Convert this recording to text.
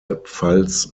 pfalz